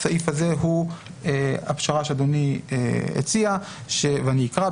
הסעיף הזה הוא הפשרה שאדוני הציע ואני אקרא.